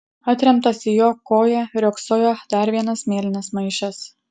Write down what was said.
atremtas į jo koją riogsojo dar vienas mėlynas maišas